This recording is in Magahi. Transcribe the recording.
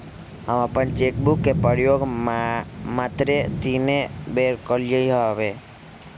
हम अप्पन चेक बुक के प्रयोग मातरे तीने बेर कलियइ हबे